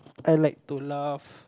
I like to laugh